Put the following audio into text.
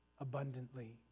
abundantly